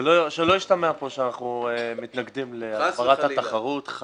שלא ישתמע פה שאנחנו מתנגדים להגברת התחרות,